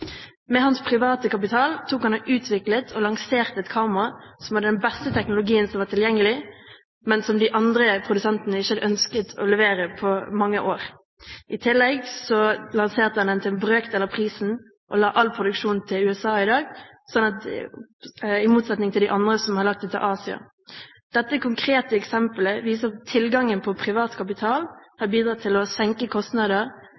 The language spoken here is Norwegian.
Med sin private kapital utviklet han og lanserte et kamera som hadde den beste teknologien som var tilgjengelig, men som de andre produsentene ikke hadde ønsket å levere på mange år. I tillegg lanserte han det til en brøkdel av prisen, og har lagt all produksjon til USA i dag – i motsetning til de andre, som har lagt den til Asia. Dette konkrete eksempelet viser at tilgangen på privat kapital har bidratt til å senke kostnader